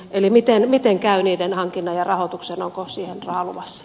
eli miten miten käy niiden hankinnan ja rahoituksen onko siihen halukas